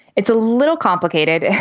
it's a little complicated.